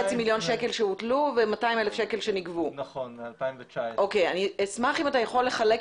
שולם, והוא צריך לעבור למרכז